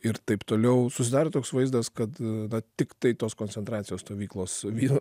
ir taip toliau susidaro toks vaizdas kad tiktai tos koncentracijos stovyklos vien